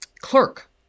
clerk